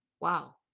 Wow